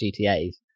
gta's